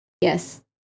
yes